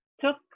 took